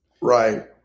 Right